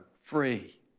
free